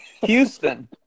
Houston